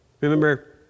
Remember